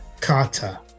Carter